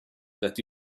that